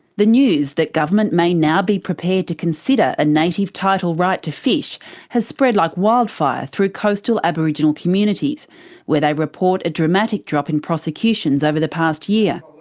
the news that government may now be prepared to consider a native title right to fish has spread like wildfire through coastal aboriginal communities where they report a dramatic drop in prosecutions over the past year.